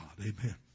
Amen